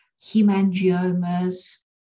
hemangiomas